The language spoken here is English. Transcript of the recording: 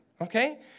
okay